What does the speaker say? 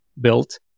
built